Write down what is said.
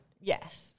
Yes